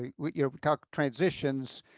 we we talked transitions